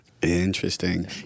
Interesting